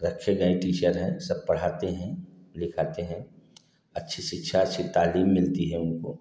रखे गए टीचर हैं सब पढ़ाते हैं लिखाते हैं अच्छी शिक्षा अच्छी तालीम मिलती है उनको